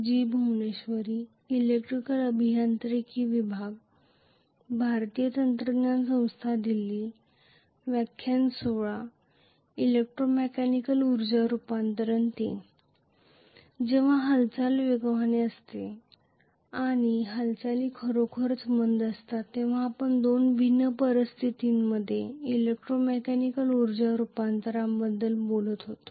जेव्हा हालचाल वेगवान असते आणि हालचाली खरोखरच मंद असतात तेव्हा आपण दोन भिन्न परिस्थितींमध्ये इलेक्ट्रोमेकेनिकल उर्जा रूपांतरणाबद्दल बोलत होतो